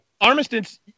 Armistice